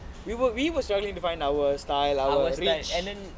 we were we were struggling to find our style our reach